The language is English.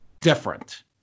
different